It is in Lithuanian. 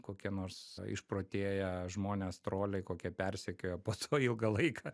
kokie nors išprotėję žmonės troliai kokie persekioja po to ilgą laiką